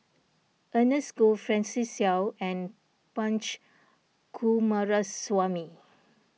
Ernest Goh Francis Seow and Punch Coomaraswamy